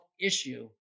issue